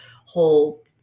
whole